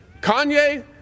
Kanye